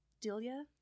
Delia